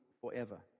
forever